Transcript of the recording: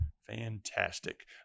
Fantastic